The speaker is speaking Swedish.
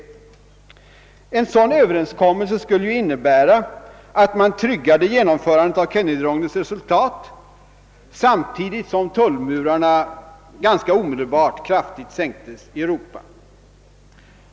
En sådan överenskommelse skulle innebära att man tryggade genomförandet av Kennedyrondens resultat samtidigt som tull murarna ganska omedelbart kraftigt skulle sänkas i Europa.